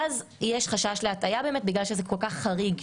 אז יש חשש להטעיה בגלל שזה כל כך חריג,